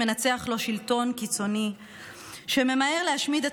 מנצח לו שלטון קיצוני שממהר להשמיד את